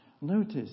Notice